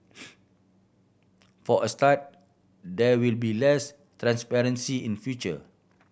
for a start there will be less transparency in future